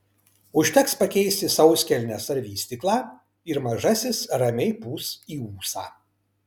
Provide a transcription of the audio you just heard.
užteks pakeisti sauskelnes ar vystyklą ir mažasis ramiai pūs į ūsą